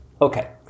Okay